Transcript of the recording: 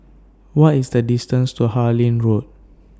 What IS The distance to Harlyn Road